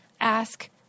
ask